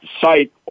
site